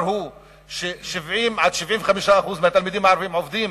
הוא ש-70% 75% מהתלמידים הערבים עומדים